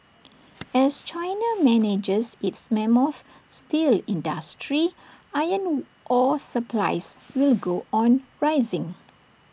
as China manages its mammoth steel industry iron ore supplies will go on rising